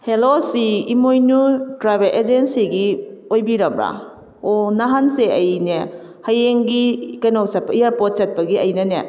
hello ꯁꯤ ꯏꯃꯣꯏꯅꯨ travel ꯑꯦꯖꯦꯟꯁꯤꯒꯤ ꯑꯣꯏꯕꯤꯔꯕ꯭ꯔꯥ ꯑꯣ ꯅꯍꯥꯟꯁꯦ ꯑꯩꯅꯦ ꯍꯌꯦꯡꯒꯤ ꯀꯩꯅꯣ ꯆꯠꯄꯒꯤ ꯑꯦꯌꯥꯔꯄꯣꯔꯠ ꯆꯠꯄꯒꯤ ꯑꯩꯅꯅꯦ